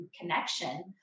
connection